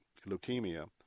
leukemia